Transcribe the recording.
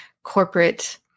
corporate